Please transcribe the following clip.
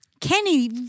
Kenny